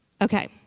Okay